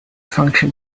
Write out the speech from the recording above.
function